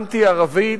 אנטי-ערבית,